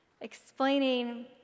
explaining